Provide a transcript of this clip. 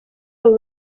abo